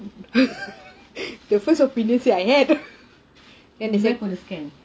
your first opinion said I had then second